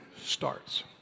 starts